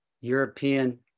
European